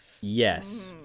Yes